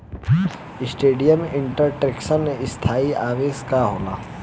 Standing instruction स्थाई आदेश का होला?